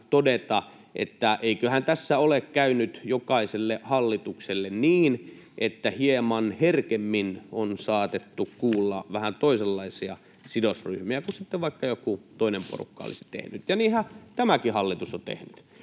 että eiköhän tässä ole käynyt jokaiselle hallitukselle niin, että hieman herkemmin on saatettu kuulla vähän toisenlaisia sidosryhmiä kuin mitä sitten vaikka joku toinen porukka olisi tehnyt. Ja niinhän tämäkin hallitus on tehnyt.